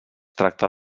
tracte